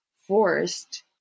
forced